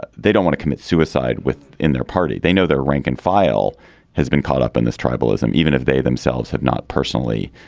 but they don't wanna commit suicide with their party. they know their rank and file has been caught up in this tribalism even if they themselves have not personally